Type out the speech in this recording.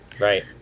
Right